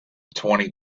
twenty